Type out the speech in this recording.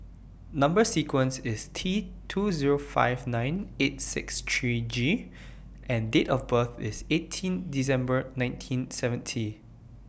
Number sequence IS T two Zero five nine eight six three G and Date of birth IS eighteen December nineteen seventy